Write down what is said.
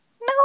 no